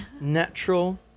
natural